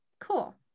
Cool